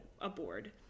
aboard